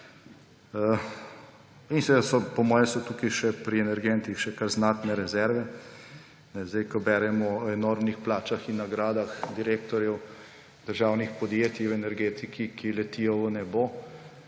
In seveda so po moje tukaj pri energentih še kar znatne rezerve. Ko beremo o enormnih plačah in nagradah direktorjev državnih podjetij v energetiki, ki letijo v nebo,